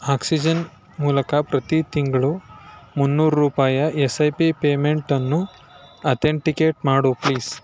oxygen ಮೂಲಕ ಪ್ರತಿ ತಿಂಗಳು ಮುನ್ನೂರು ರೂಪಾಯಿಯ ಎಸ್ ಐ ಪಿ ಪೇಮೆಂಟನ್ನು ಅತೆಂಟಿಕೇಟ್ ಮಾಡು ಪ್ಲೀಸ್